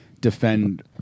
defend